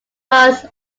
was